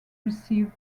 received